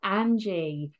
Angie